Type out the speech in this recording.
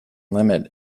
limit